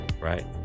Right